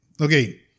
okay